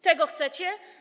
Tego chcecie?